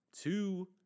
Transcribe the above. two